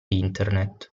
internet